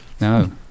No